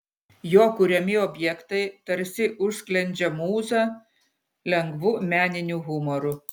jo kuriami objektai tarsi užsklendžia mūzą lengvu meniniu humoru